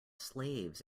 slaves